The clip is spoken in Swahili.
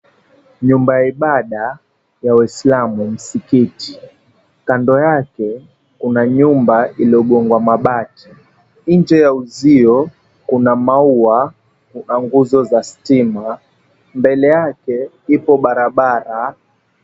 Nyumba ya ibada ya waislamu msikiti. Kando yake kuna nyumba imegongwa mabati. Nje ya uzio, kuna maua kwa nguzo za stima. Mbele yake ipo barabara.